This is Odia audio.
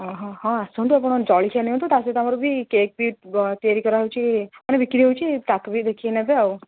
ଅ ହଁ ହଁ ଆସନ୍ତୁ ଆପଣ ଜଳଖିଆ ନିଅନ୍ତୁ ତା' ସହିତ ଆମର ବି କେକ୍ ବି ତିଆରି କରାହେଉଛି ମାନେ ବିକ୍ରି ହେଉଛି ତାକୁ ବି ଦେଖି ନେବେ ଆଉ